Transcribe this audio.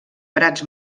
prats